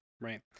right